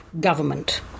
government